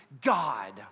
God